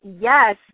Yes